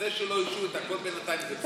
זה שלא איישו את הכול בינתיים זה בסדר.